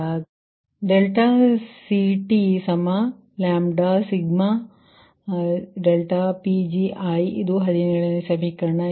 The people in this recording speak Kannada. ಆದ್ದರಿಂದ ನೀವು ಹಾಗೆ ಮಾಡಿದರೆ CTλi1m Pgi ಇದು ಸಮೀಕರಣ 17